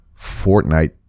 Fortnite